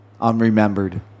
unremembered